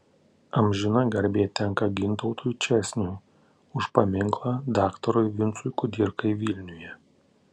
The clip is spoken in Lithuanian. amžina garbė tenka gintautui česniui už paminklą daktarui vincui kudirkai vilniuje